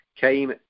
came